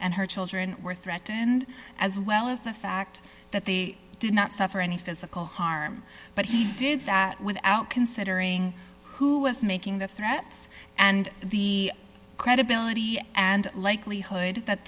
and her children were threatened as well as the fact that they did not suffer any physical harm but he did that without considering who was making the threats and the credibility and likelihood that